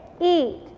eat